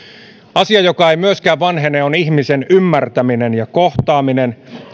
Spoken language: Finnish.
asia joka ei myöskään vanhene on ihmisen ymmärtäminen ja kohtaaminen